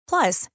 Plus